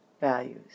values